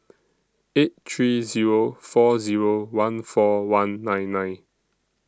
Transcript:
eight three Zero four Zero one four one nine nine